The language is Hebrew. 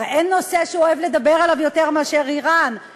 הרי אין נושא שהוא אוהב לדבר עליו יותר מאשר איראן,